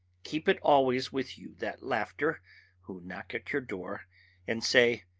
keep it always with you that laughter who knock at your door and say,